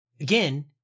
again